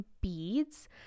beads